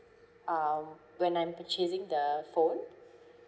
um when I'm purchasing the phone